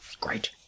great